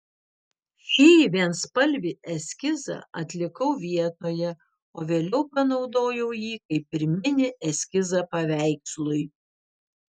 šį vienspalvį eskizą atlikau vietoje o vėliau panaudojau jį kaip pirminį eskizą paveikslui